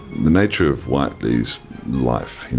the nature of whiteley's life,